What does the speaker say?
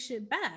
back